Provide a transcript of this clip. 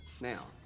Now